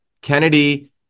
Kennedy